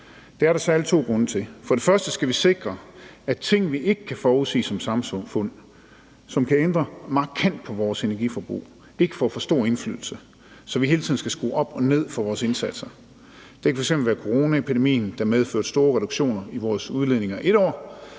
Det er der særlig to grunde til. For det første skal vi sikre, at ting, vi ikke kan forudsige som samfund, og som kan ændre markant på vores energiforbrug, ikke får for stor indflydelse, så vi hele tiden skal skrue op og ned for vores indsatser. Det kan f.eks. være coronaepidemien, der medførte store reduktioner i vores udledninger et år,